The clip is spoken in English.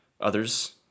others